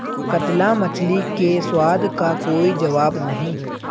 कतला मछली के स्वाद का कोई जवाब नहीं